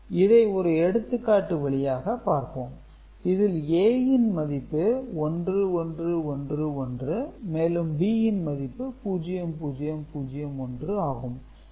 இதை ஒரு எடுத்துக் காட்டு வழியாக பார்ப்போம் இதில் A இன் மதிப்பு 1111 மேலும் B ன் மதிப்பு 0001 ஆகும்